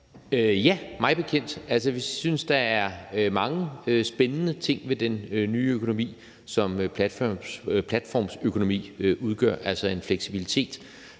vi mig bekendt. Vi synes, der er mange spændende ting ved den nye økonomi, som platformsøkonomien udgør, altså en fleksibilitet